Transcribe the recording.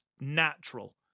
natural